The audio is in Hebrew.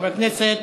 חבר הכנסת